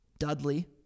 Dudley